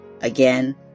Again